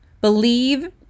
Believe